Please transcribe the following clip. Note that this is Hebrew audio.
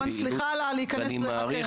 וכמובן סליחה על זה שאני נכנסת ומבקרת.